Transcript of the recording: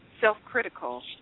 self-critical